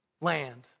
land